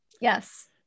Yes